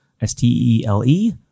S-T-E-L-E